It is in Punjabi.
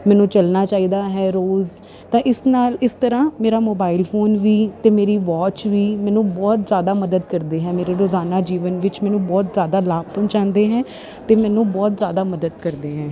ਮੈਨੂੰ ਚੱਲਣਾ ਚਾਹੀਦਾ ਹੈ ਰੋਜ਼ ਤਾਂ ਇਸ ਨਾਲ ਇਸ ਤਰ੍ਹਾਂ ਮੇਰਾ ਮੋਬਾਇਲ ਫੋਨ ਵੀ ਅਤੇ ਮੇਰੀ ਵੋਚ ਵੀ ਮੈਨੂੰ ਬਹੁਤ ਜ਼ਿਆਦਾ ਮਦਦ ਕਰਦੇ ਹੈ ਮੇਰੇ ਰੋਜ਼ਾਨਾ ਜੀਵਨ ਵਿੱਚ ਮੈਨੂੰ ਬਹੁਤ ਜ਼ਿਆਦਾ ਲਾਭ ਪਹੁੰਚਾਉਂਦੇ ਹੈ ਅਤੇ ਮੈਨੂੰ ਬਹੁਤ ਜ਼ਿਆਦਾ ਮਦਦ ਕਰਦੇ ਹੈ